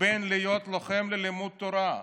בין להיות לוחם ולימוד תורה?